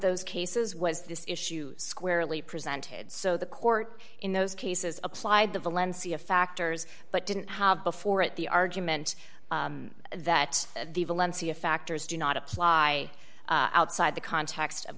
those cases was this issue squarely presented so the court in those cases applied the valencia factors but didn't have before at the argument that the valencia factors do not apply outside the context of